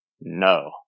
No